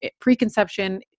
preconception